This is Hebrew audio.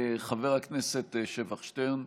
חבר הכנסת שבח שטרן.